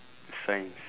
science